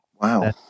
Wow